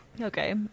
okay